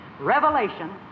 revelation